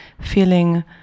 feeling